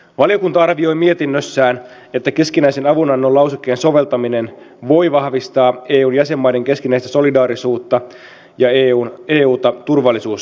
valiokunta arvioi mietinnössään että keskinäisen avunannon lausekkeen soveltaminen voi vahvistaa eun jäsenmaiden keskinäistä solidaarisuutta ja euta turvallisuusyhteisönä